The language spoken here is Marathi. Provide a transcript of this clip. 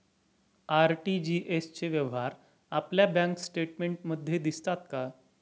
आर.टी.जी.एस चे व्यवहार आपल्या बँक स्टेटमेंटमध्ये दिसतात का?